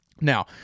Now